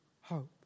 hope